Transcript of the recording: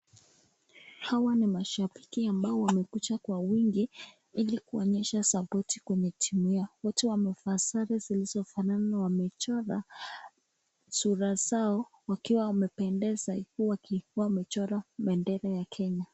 Hawa ni mashabiki ambao wamekuja kwa wingi ili kuonyesha sapoti kwenye timu yao. Watu wamevaa sare zinazofanana na wamechora sura zao wakiwa wanapendeza ikiwa wamechora bendera ya kenya.